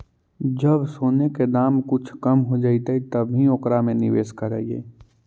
जब सोने के दाम कुछ कम हो जइतइ तब ही ओकरा में निवेश करियह